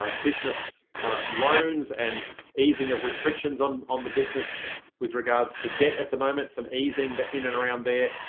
ah business loans and easing of restrictions on on the business with regards to debt at the moment. some easing that in and around there,